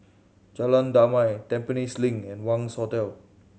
Jalan Damai Tampines Link and Wangz Hotel